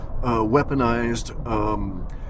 weaponized